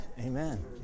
Amen